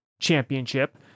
championship